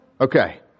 Okay